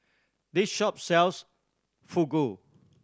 this shop sells Fugu